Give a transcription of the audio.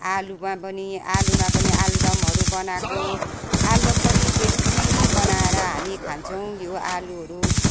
आलुमा पनि आलुमा पनि आलुदमहरू बनाएको आलुदम पनि टेस्टी नै बनाएर हामी खान्छौँ यो आलुहरू